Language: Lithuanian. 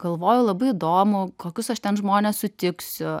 galvojau labai įdomu kokius aš ten žmones sutiksiu